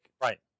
Right